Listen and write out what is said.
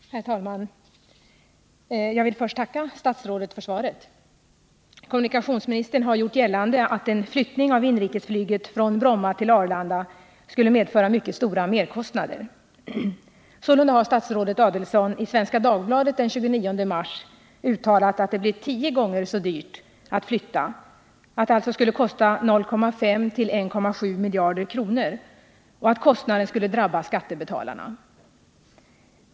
Herr talman! Jag vill först tacka statsrådet för svaret. Kommunikationsministern har gjort gällande att en flyttning av inrikesflyget från Bromma till Arlanda skulle medföra mycket stora merkostnader. Sålunda har statsrådet Adelsohn i Svenska Dagbladet den 29 mars uttalat att det blir tio gånger dyrare att flytta verksamheten till Arlanda än att behålla den på Bromma, att det alltså skulle kosta 0,5-1,7 miljarder kronor, och att kostnaden skulle drabba skattebetalarna.